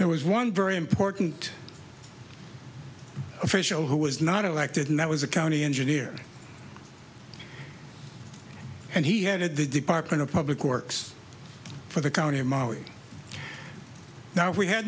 there was one very important official who was not elected and that was a county engineer and he headed the department of public works for the county of maui now we had